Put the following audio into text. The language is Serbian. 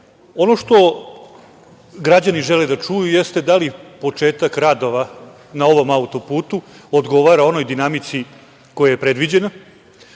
što građani žele da čuju jeste da li početak radova na ovom autoputu odgovara onoj dinamici koja je predviđena.